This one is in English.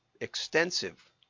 extensive